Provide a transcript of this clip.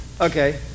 Okay